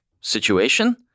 situation